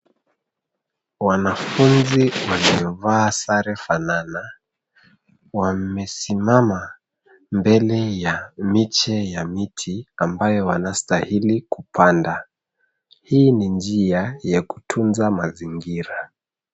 Wanafunzi waliovaa sare fanana wamesimama mbele ya miche ya miti ambayo wanastahili kupanda. Hii ni njia ya kutunza mazingira.